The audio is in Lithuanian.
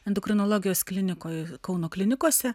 endokrinologijos klinikoj kauno klinikose